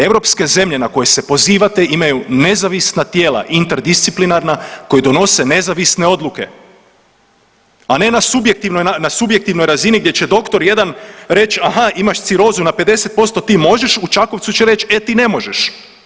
Europske zemlje na koje se pozivate imaju nezavisna tijela interdisciplinarna koji donose nezavisne odluke, a ne na subjektivnoj razini gdje će doktor jedan reći imaš cirozu na 50% ti možeš, u Čakovcu će reći e ti ne možeš.